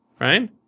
Right